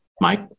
Mike